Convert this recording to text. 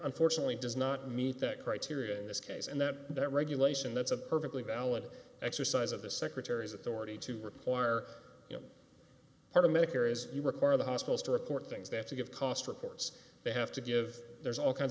unfortunately does not meet that criteria in this case and that that regulation that's a perfectly valid exercise of the secretary's authority to require you know part of medicare is you require the hospitals to record things they have to give cost records they have to give there's all kinds